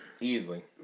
Easily